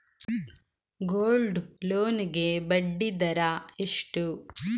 Gold loan ಗೆ ಬಡ್ಡಿ ದರ ಎಷ್ಟು?